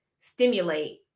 stimulate